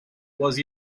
was